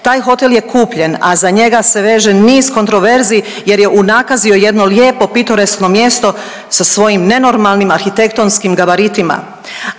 Taj hotel je kupljen, a za njega se veže niz kontroverzi jer je unakazio jedno lijepo pitoreskno mjesto sa svojim nenormalnim arhitektonskim gabaritima.